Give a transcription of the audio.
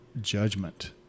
judgment